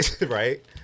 Right